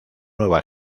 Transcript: nueva